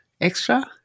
extra